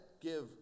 give